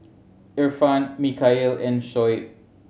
Irfan Mikhail and Shoaib